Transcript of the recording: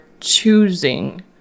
choosing